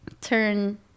turn